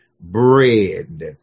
bread